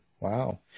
Wow